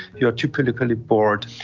you are typically bored.